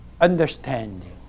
understanding